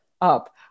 up